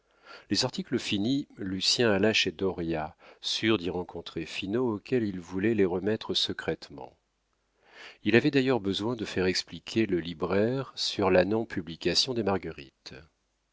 les articles finis lucien alla chez dauriat sûr d'y rencontrer finot auquel il voulait les remettre secrètement il avait d'ailleurs besoin de faire expliquer le libraire sur la non publication des marguerites